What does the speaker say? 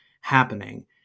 happening